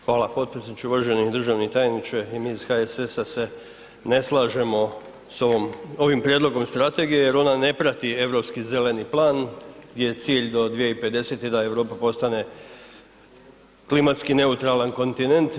Hvala potpredsjedniče, uvaženi državni tajniče i mi iz HSS-a se ne slažemo s ovom, ovim prijedlogom strategije jer ona ne prati Europski zeleni plan gdje je cilj da do 2050. da Europa postane klimatski neutralan kontinent.